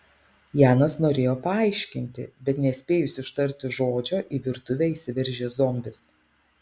janas norėjo paaiškinti bet nespėjus ištarti žodžio į virtuvę įsiveržė zombis